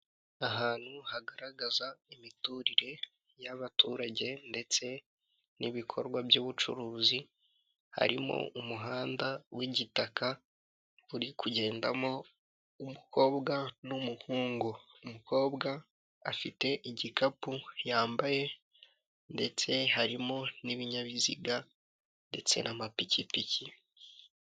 Ahantu hagaragaza imiturire y'abaturage, ndetse n'ibikorwa by'ubucuruzi, harimo umuhanda w'igitaka uri kugendamo umukobwa n'umuhungu, umukobwa afite igikapu yambaye, ndetse harimo n'ibinyabiziga ndetse n'amapikipiki.